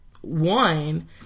One